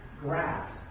graph